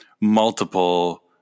multiple